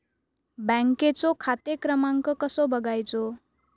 बँकेचो खाते क्रमांक कसो बगायचो?